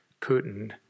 Putin